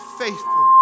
faithful